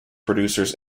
producers